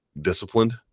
disciplined